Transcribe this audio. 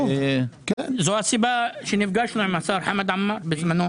זו הסיבה שנפגשנו בזמנו עם השר חמד עמאר.